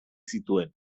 zituen